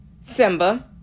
Simba